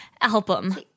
album